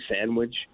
sandwich